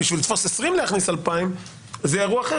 בשביל לתפוס 20, להכניס 2,000 זה אירוע אחר.